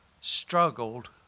struggled